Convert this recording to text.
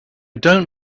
don’t